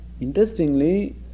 Interestingly